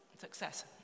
success